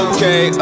Okay